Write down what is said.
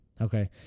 okay